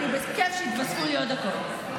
בכיף, שיתווספו לי עוד דקות.